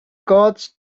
got